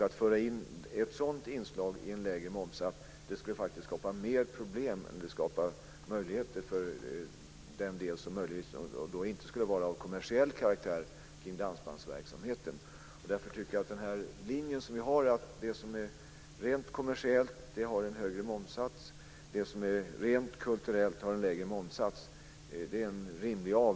Att föra in en lägre momssats här skulle faktiskt skapa fler problem än möjligheter för den del av dansbandsverksamheten som möjligen inte är av kommersiell karaktär. Därför tycker jag att linjen vi har, dvs. att det som är rent kommersiellt har en högre momssats och det som är rent kulturellt har en lägre momssats, är rimlig.